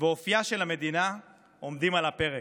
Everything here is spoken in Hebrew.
ואופייה של המדינה עומדים על הפרק.